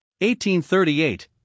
1838